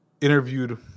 interviewed